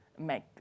make